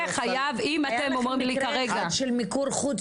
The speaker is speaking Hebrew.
אם אתם אומרים לי --- היה לכם מקרה אחד של מיקור חוץ